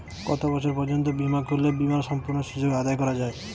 কত বছর পর্যন্ত বিমা করলে বিমার সম্পূর্ণ সুযোগ আদায় করা য়ায়?